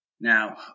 now